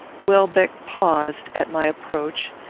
welbeck paused, at my approach,